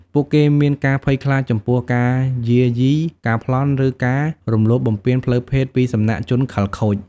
ពួកគេមានការភ័យខ្លាចចំពោះការយាយី ការប្លន់ ឬការរំលោភបំពានផ្លូវភេទពីសំណាក់ជនខិលខូច។